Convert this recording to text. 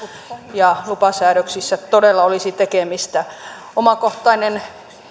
ja lupasäädöksissä todella olisi tekemistä omakohtainen